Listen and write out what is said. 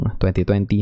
2020